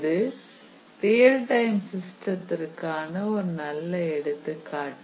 இது real time சிஸ்டத்திற்கான ஒரு நல்ல எடுத்துக்காட்டு